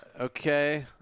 Okay